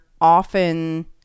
often